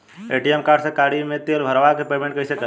ATM card से गाड़ी मे तेल भरवा के पेमेंट कैसे करेम?